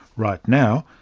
right now,